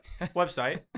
website